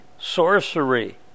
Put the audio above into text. Sorcery